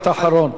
משפט אחרון.